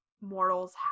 mortals